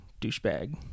douchebag